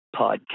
podcast